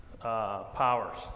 powers